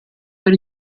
per